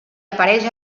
apareix